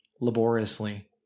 laboriously